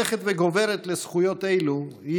343. המודעות ההולכת וגוברת לזכויות אלו היא